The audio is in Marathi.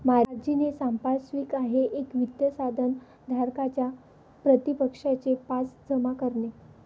मार्जिन हे सांपार्श्विक आहे एक वित्त साधन धारकाच्या प्रतिपक्षाचे पास जमा करणे